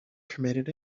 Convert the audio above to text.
permitted